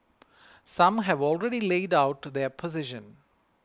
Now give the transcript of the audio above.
some have already laid out to their position